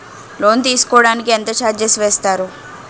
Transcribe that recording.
Loan తీసుకోడానికి ఎంత charges వేస్తారు?